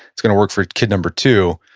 it's going to work for kid number two.